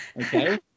Okay